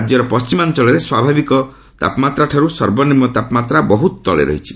ରାଜ୍ୟର ପଣ୍ଢିମାଞ୍ଚଳରେ ସ୍ୱାଭାବିକ ତାପମାତ୍ରାଠାର୍ଚ୍ଚ ସର୍ବନିମୁ ତାପମାତ୍ରା ବହ୍ର ତଳେ ରହିଛି